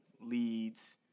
leads